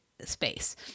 space